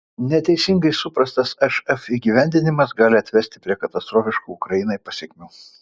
neteisingai suprastas šf įgyvendinimas gali atvesti prie katastrofiškų ukrainai pasekmių